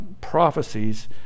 prophecies